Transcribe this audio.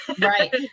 Right